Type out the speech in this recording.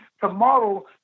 tomorrow